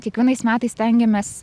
kiekvienais metais stengiamės